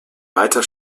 weiter